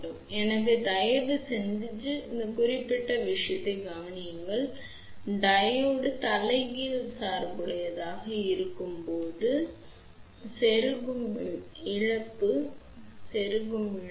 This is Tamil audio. எனவே தயவுசெய்து இந்த குறிப்பிட்ட விஷயத்தை கவனியுங்கள் இப்போது டையோடு தலைகீழ் சார்புடையதாக இருக்கும்போது செருகும் இழப்பு